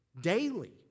Daily